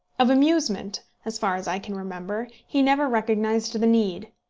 of amusement, as far as i can remember, he never recognised the need.